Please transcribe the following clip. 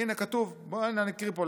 הינה, כתוב, בוא, הינה, אני אקריא פה.